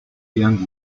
young